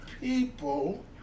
people